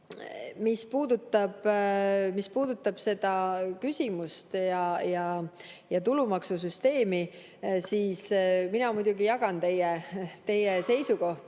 Mis puudutab seda küsimust ja tulumaksusüsteemi, siis mina muidugi jagan teie seisukohta